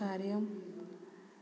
कार्यम्